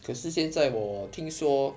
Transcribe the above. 可是现在我听说